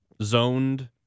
zoned